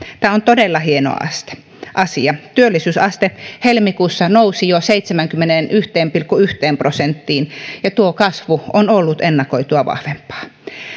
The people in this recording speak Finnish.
tämä on todella hieno asia työllisyysaste helmikuussa nousi jo seitsemäänkymmeneenyhteen pilkku yhteen prosenttiin ja tuo kasvu on ollut ennakoitua vahvempaa